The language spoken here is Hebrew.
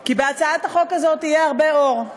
כי בהצעת החוק הזאת יהיה הרבה אור,